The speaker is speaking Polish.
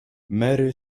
mary